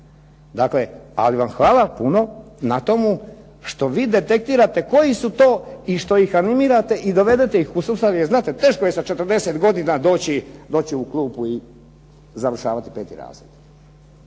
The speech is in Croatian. godine. Ali vam hvala puno na tome što vi detektirate koji su to i što ih animirate i dovedete ih u sustav, jer znate teško je sa 40 godina doći u klupu i završavati peti razred.